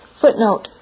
Footnote